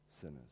sinners